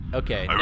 okay